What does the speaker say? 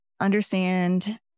understand